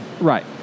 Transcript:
Right